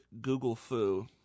Google-foo